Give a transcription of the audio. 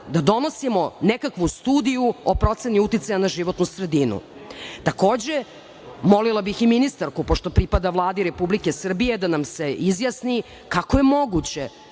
da donosimo nekakvu studiju o proceni uticaja na životnu sredinu? Takođe, molila bih i ministarku, pošto pripada Vladi Republike Srbije, da nam se izjasni kako je moguće